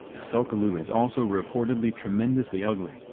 tsul'kalu' is also reportedly tremendously ugly,